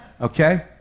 Okay